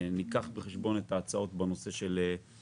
ניקח בחשבון גם את הנושא של מעסיקים,